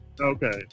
Okay